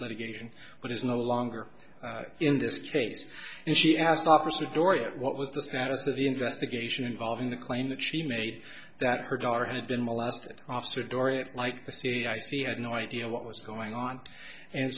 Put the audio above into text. litigation but is no longer in this case and she asked officer dorian what was the status of the investigation involving the claim that she made that her daughter had been molested officer dorian like the c i c had no idea what was going on and